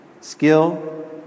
skill